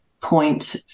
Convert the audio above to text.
point